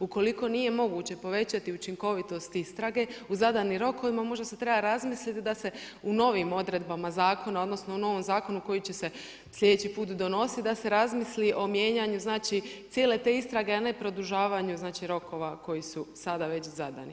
Ukoliko nije moguće povećati učinkovitost istrage u zadanim rokovima može se treba razmisliti da se u novim odredbama zakona odnosno u novom zakonu koji će se sljedeći put donositi da se razmisli o mijenjanju cijele te istrage, a ne produžavanju rokova koji su sada već zadani.